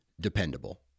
dependable